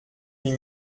huit